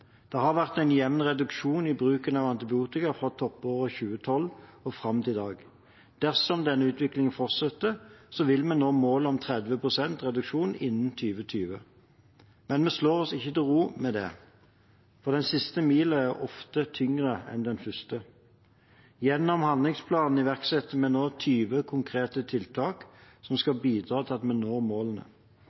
Det har vært en jevn reduksjon i bruken av antibiotika fra toppåret 2012 og fram til i dag. Dersom denne utviklingen fortsetter, vil vi nå målet om 30 pst. reduksjon innen 2020. Men vi slår oss ikke til ro med det, for den siste milen er ofte tyngre enn den første. Gjennom handlingsplanen iverksetter vi nå 20 konkrete tiltak som skal bidra til at vi når målene.